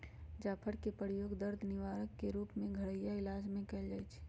जाफर कें के प्रयोग दर्द निवारक के रूप में घरइया इलाज में कएल जाइ छइ